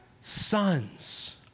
sons